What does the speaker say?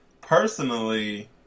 personally